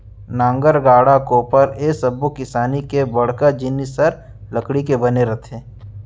नांगर, गाड़ा, कोपर ए सब्बो किसानी के बड़का जिनिस हर लकड़ी के बने रथे